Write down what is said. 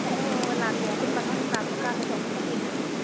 ꯍꯣ ꯍꯣ ꯍꯣ ꯂꯥꯛꯀꯦ ꯑꯗꯨꯝ ꯃꯊꯪ ꯂꯥꯛꯄꯀꯥꯟꯗ ꯑꯃꯨꯛꯀ ꯊꯦꯡꯅꯁꯦ